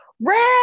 red